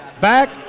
back